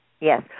Yes